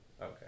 Okay